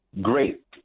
Great